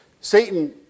Satan